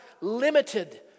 limited